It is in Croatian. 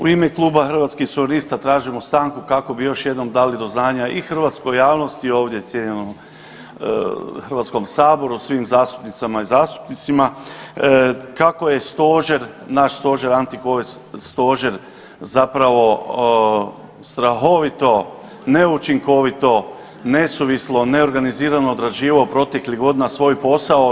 U ime kluba Hrvatskih suverenista tražimo stanku kako bi još jednom dali do znanja i hrvatskoj javnosti i ovdje cijenjenom Hrvatskom saboru, svim zastupnicama i zastupnicima kako je Stožer, naš Stožer anticovid Stožer zapravo strahovito neučinkovito, nesuvislo, neorganizirano odrađivao proteklih godina svoj posao.